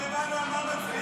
לא הבנו על מה מצביעים.